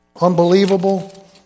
unbelievable